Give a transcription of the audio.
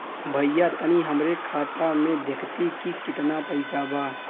भईया तनि हमरे खाता में देखती की कितना पइसा बा?